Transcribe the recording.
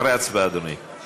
אחרי ההצבעה, אדוני.